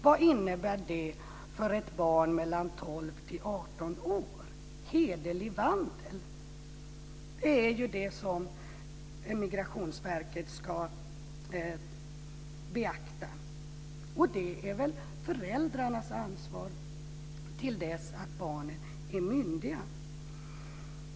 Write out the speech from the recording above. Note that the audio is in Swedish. Vad innebär "hederlig vandel" för ett barn mellan 12 och 18 år? Det är ju det som Migrationsverket ska beakta. Det är väl föräldrarnas ansvar till dess att barnen är myndiga.